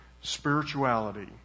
spirituality